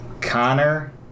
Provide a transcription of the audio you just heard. Connor